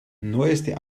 neueste